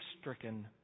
stricken